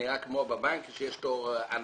אבל